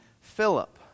Philip